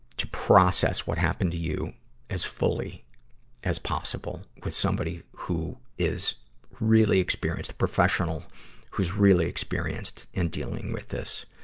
to process what happened to you as fully as possible with somebody who is really experienced, a professional who's really experienced in dealing with this.